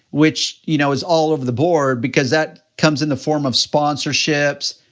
which you know is all over the board because that comes in the form of sponsorships,